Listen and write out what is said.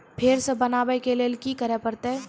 फेर सॅ बनबै के लेल की करे परतै?